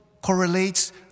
correlates